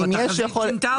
התחזית שינתה אותו.